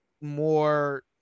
more